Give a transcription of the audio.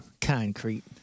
concrete